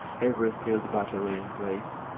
every field battery in place,